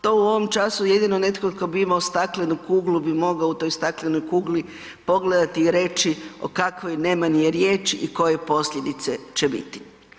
To u ovom času jedino netko tko bi imao staklenu kuglu bi mogao u toj staklenoj kugli pogledati i reći o kakvoj nemani je riječ i koje posljedice će biti.